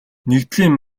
нэгдлийн